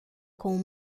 com